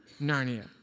Narnia